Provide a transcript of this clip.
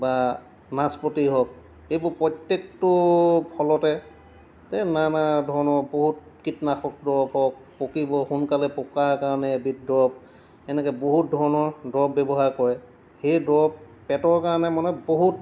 বা নাচপতি হওক এইবোৰ প্ৰত্যেকটো ফলতে এই নানা ধৰণৰ বহুত কীটনাশক দৰৱ হওক পকিব সোনকালে পকাৰ কাৰণে এবিধ দৰৱ এনেকৈ বহুত ধৰণৰ দৰৱ ব্যৱহাৰ কৰে সেই দৰৱ পেটৰ কাৰণে মানে বহুত